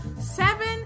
seven